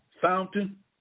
fountain